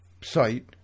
site